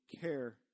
care